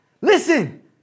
listen